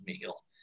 meal